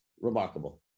Remarkable